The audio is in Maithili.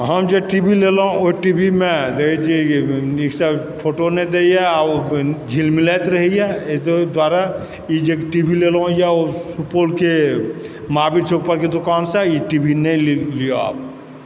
हम जे टी वी लेलहुँ ओहि टी वी मे कहै छी जे नीकसँ फोटो नै दैए आओर झिलमिलाइत रहिए एहिसभ दुआरे इ जे टी वी लेलहुँ यऽ सुपौलके महावीर चौक परके दोकानसँ ई टी वी नहि लिअ आब